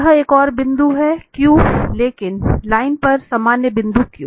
यह एक और बिंदु है Q लाइन पर सामान्य बिंदु Q